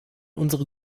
unsere